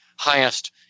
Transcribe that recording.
highest